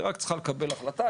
היא רק צריכה לקבל החלטה,